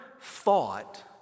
thought